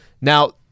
Now